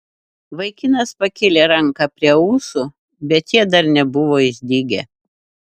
vaikinas pakėlė ranką prie ūsų bet jie dar nebuvo išdygę